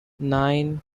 nine